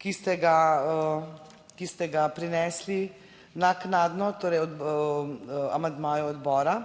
ki ste ga, ki ste ga prinesli naknadno, torej amandmaju odbora.